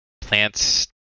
plants